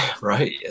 Right